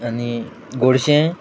आनी गोडशें